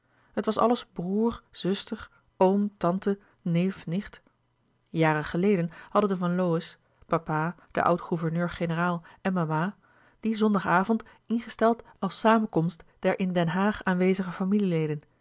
het was alles broêr zuster oom tante neef nicht jaren geleden hadden de van lowe's papa de oud gouverneur generaal en mama dien zondag avond ingesteld als samenkomst der in den haag aanwezige familie leden